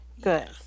good